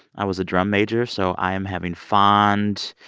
i was a drum major. so i am having fond,